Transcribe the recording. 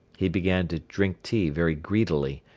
he began to drink tea very greedily,